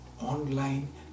online